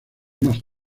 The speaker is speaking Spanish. más